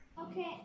Okay